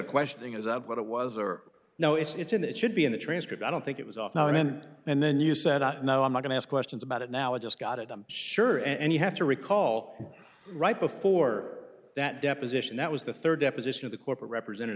question is up what it was or no it's it's in the it should be in the transcript i don't think it was off our end and then you said i know i'm going to ask questions about it now i just got it i'm sure and you have to recall right before that deposition that was the third deposition of the corporate representative